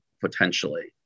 potentially